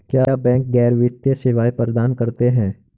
क्या बैंक गैर वित्तीय सेवाएं प्रदान करते हैं?